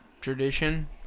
tradition